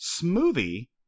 Smoothie